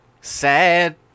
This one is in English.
sad